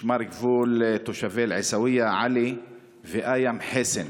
משמר הגבול את תושבי עיסאוויה עלי ואיה מחיסן,